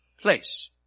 place